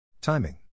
Timing